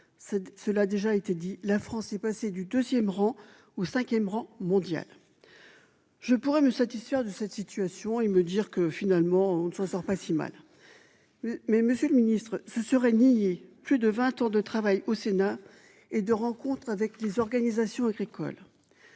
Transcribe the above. cela déjà été dit, la France est passée du 2ème rang ou 5ème rang mondial. Je pourrais me satisfaire de cette situation, il me dire que finalement on ne s'en sort pas si mal. Mais Monsieur le Ministre, ce serait nier plus de 20 ans de travail au Sénat et de rencontres avec les organisations agricoles.